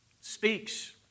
Speaks